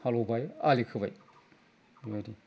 हालएवबाय आलि खोबाय बेबादि